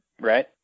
right